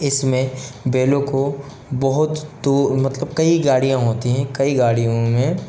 इसमें बैलों को बहुत तो मतलब कई गाड़ियाँ होती हैं कई गाड़ियों में